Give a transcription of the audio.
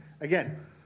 again